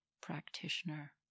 practitioner